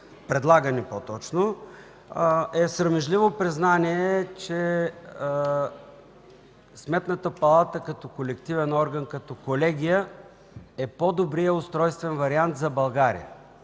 организации. Това е срамежливо признание, че Сметната палата като колективен орган, като колегия, е по-добрият устройствен вариант за България.